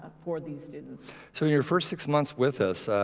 for these students so your first six months with us,